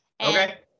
Okay